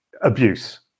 abuse